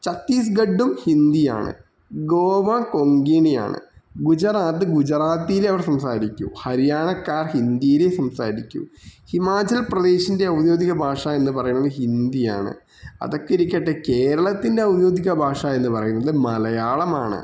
ഛത്തീസ്ഗണ്ഡും ഹിന്ദിയാണ് ഗോവ കൊങ്കിണിയാണ് ഗുജാത്ത് ഗുജറാത്തിലെ അവർ സംസാരിക്കൂ ഹരിയാനക്കാർ ഹിന്ദിയിലെ സംസാരിക്കൂ ഹിമാചൽ പ്രദേശിൻ്റെ ഔദ്യോഗിക ഭാഷ എന്ന് പറയുന്നത് ഹിന്ദിയാണ് അതൊക്കെ ഇരിക്കട്ടെ കേരളത്തിൻ്റെ ഔദ്യോഗിക ഭാഷ എന്ന് പറയുന്നത് മലയാളമാണ്